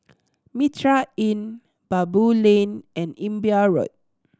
Mitraa Inn Baboo Lane and Imbiah Road